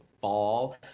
fall